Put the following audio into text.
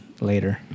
later